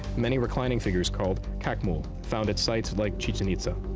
many reclining figures called chacmool found at sites like chichen itza.